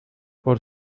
por